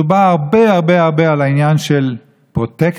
מדובר הרבה הרבה הרבה על העניין של פרוטקציות,